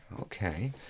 Okay